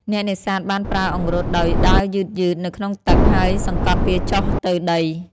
អ្នកនេសាទបានប្រើអង្រុតដោយដើរយឺតៗនៅក្នុងទឹក ហើយសង្កត់វាចុះទៅដី។